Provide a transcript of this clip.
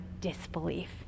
disbelief